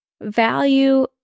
value